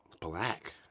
black